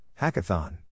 Hackathon